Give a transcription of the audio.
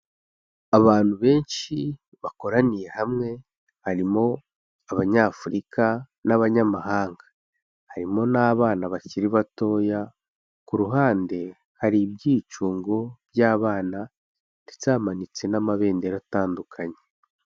Abantu benshi bakoraniye hamwe harimo Abanyafurika n'abanyamahanga, harimo n'abana bakiri batoya, ku ruhande hari ibyicungo by'abana ndetse hamanitse n'amabendera atandukanye.